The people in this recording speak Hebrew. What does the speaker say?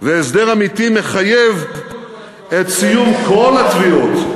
והסדר אמיתי מחייב את סיום כל התביעות,